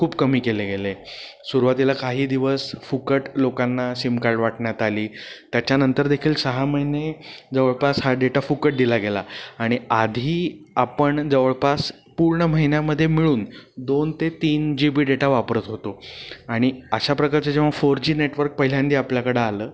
खूप कमी केले गेले सुरवातीला काही दिवस फुकट लोकांना सीम कार्ड वाटण्यात आली त्याच्यानंतर देखील सहा महिने जवळपास हा डेटा फुकट दिला गेला आणि आधी आपण जवळपास पूर्ण महिन्यामध्ये मिळून दोन ते तीन जी बी डेटा वापरत होतो आणि अशा प्रकारचे जेव्हा फोर जी नेटवर्क पहिल्यांदा आपल्याकडं आलं